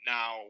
Now